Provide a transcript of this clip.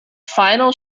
final